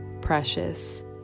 precious